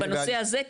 בנושא הזה,